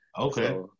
Okay